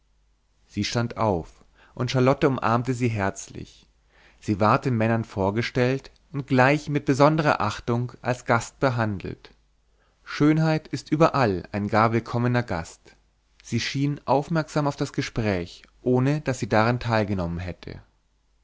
sie stand auf und charlotte umarmte sie herzlich sie ward den männern vorgestellt und gleich mit besonderer achtung als gast behandelt schönheit ist überall ein gar willkommener gast sie schien aufmerksam auf das gespräch ohne daß sie daran teilgenommen hätte